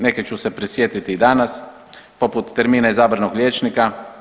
Neke ću se prisjetiti i danas poput termina izabranog liječnika.